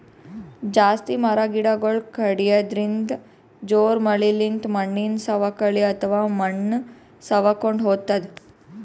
ಜಾಸ್ತಿ ಮರ ಗಿಡಗೊಳ್ ಕಡ್ಯದ್ರಿನ್ದ, ಜೋರ್ ಮಳಿಲಿಂತ್ ಮಣ್ಣಿನ್ ಸವಕಳಿ ಅಥವಾ ಮಣ್ಣ್ ಸವಕೊಂಡ್ ಹೊತದ್